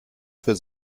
für